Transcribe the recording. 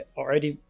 already